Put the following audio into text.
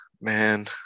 man